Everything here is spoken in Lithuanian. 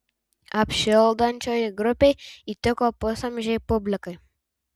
apšildančioji grupė įtiko pusamžei publikai